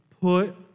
put